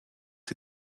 die